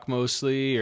mostly